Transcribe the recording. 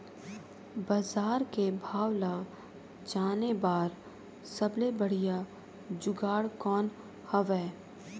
बजार के भाव ला जाने बार सबले बढ़िया जुगाड़ कौन हवय?